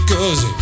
Cause